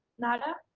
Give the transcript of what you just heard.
nada,